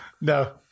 No